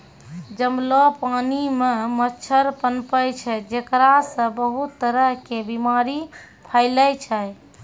जमलो पानी मॅ मच्छर पनपै छै जेकरा सॅ बहुत तरह के बीमारी फैलै छै